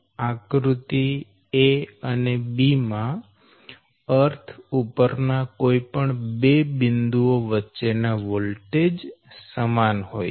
અહીં આકૃતિ અને આકૃતિ માં અર્થ ઉપર ના કોઈ પણ બે બિંદુઓ વચ્ચેના વોલ્ટેજ સમાન હોય છે